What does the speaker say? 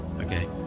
okay